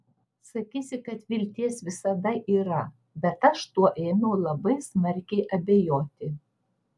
sakysi kad vilties visada yra bet aš tuo ėmiau labai smarkiai abejoti